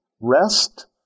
Rest